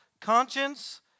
conscience